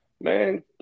Man